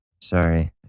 Sorry